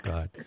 God